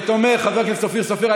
כתומך: חבר הכנסת אופיר סופר.